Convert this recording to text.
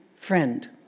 friend